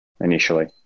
initially